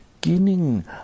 beginning